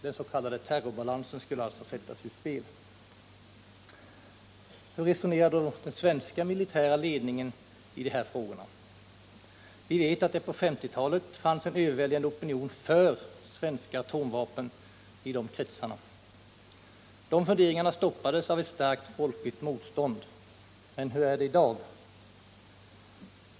Den s.k. terrorbalansen skulle alltså sättas ur spel. Hur resonerar den svenska militära ledningen i dessa frågor? Vi vet att det på 1950-talet fanns en överväldigande opinion för svenska atomvapen i de kretsarna. Dessa funderingar stoppades av ett starkt folkligt motstånd. Men hur är det i dag?